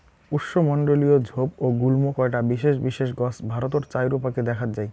উষ্ণমণ্ডলীয় ঝোপ ও গুল্ম কয়টা বিশেষ বিশেষ গছ ভারতর চাইরোপাকে দ্যাখ্যাত যাই